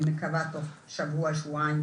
אני מקווה תוך שבוע שבועיים.